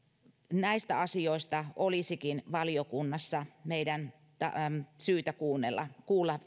näistä asioista meidän olisikin valiokunnassa syytä kuulla